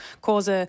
cause